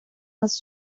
нас